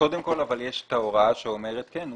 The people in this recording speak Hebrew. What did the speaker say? קודם כל יש את ההוראה שאומרת שכן,